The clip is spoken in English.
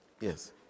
Yes